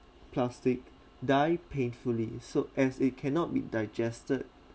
plastic die painfully so as it cannot be digested